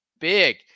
big